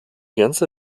ganze